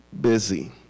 busy